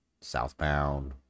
Southbound